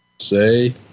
say